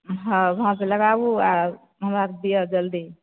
हँ भाँज लगाबूँ आ हमरा दियऽ जल्दी